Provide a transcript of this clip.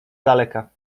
daleka